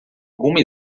alguma